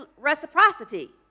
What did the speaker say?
reciprocity